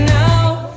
now